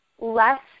less